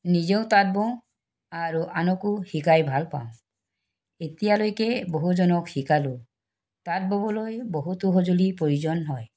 নিজেও তাঁত বওঁ আৰু আনকো শিকাই ভাল পাওঁ এতিয়ালৈকে বহুজনক শিকালোঁ তাঁত ববলৈ বহুতো সঁজুলি প্ৰয়োজন হয়